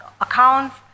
accounts